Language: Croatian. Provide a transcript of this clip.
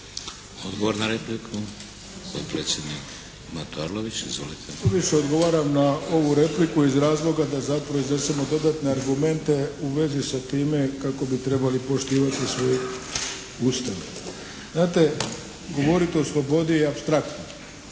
Odgovor na repliku potpredsjednik Mato Arlović. Izvolite. **Arlović, Mato (SDP)** Tu više odgovaram na ovu repliku iz razloga da zapravo iznesemo dodatne argumente u vezi sa time kako bi trebali poštivati svoj Ustav. Znate govoriti o slobodi je apstraktno